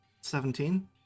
seventeen